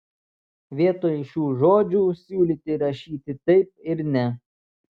vietoj šių žodžių siūlyti rašyti taip ir ne